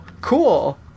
cool